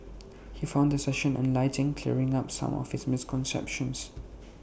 he found the session enlightening clearing up some of his misconceptions